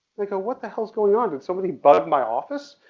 like go what the hell's going on? did somebody bug my office?